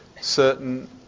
certain